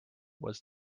was